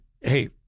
Hey